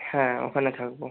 হ্যাঁ ওখানে থাকব